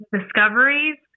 discoveries